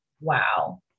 wow